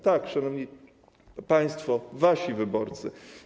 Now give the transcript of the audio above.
Tak, szanowni państwo, wasi wyborcy.